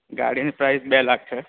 ગાડીની પ્રાઇસ બે લાખ છે